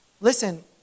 listen